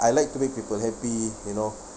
I like to make people happy you know